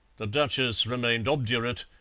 the duchess remained obdurate,